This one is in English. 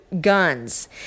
guns